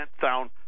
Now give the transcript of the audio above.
sound